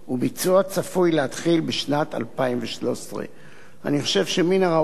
והביצוע צפוי להתחיל בשנת 2013. אני חושב שמן הראוי